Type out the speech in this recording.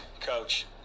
coach